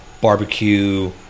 barbecue